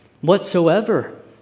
whatsoever